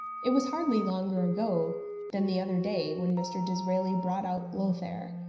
it was hardly longer ago than the other day when mr. disraeli brought out lothair,